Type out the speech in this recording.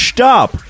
Stop